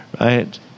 right